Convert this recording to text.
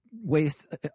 waste